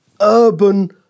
urban